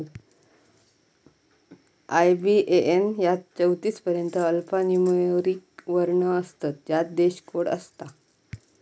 IBAN यात चौतीस पर्यंत अल्फान्यूमोरिक वर्ण असतत ज्यात देश कोड असता